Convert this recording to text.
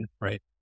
right